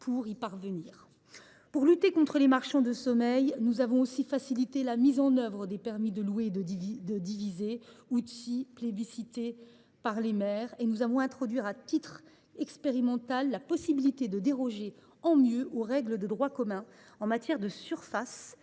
Pour lutter contre les marchands de sommeil, nous avons aussi facilité la mise en œuvre des permis de louer et de diviser, outils plébiscités par les maires, et nous avons introduit à titre expérimental la possibilité de déroger en mieux aux règles de droit commun en matière de surfaces et volumes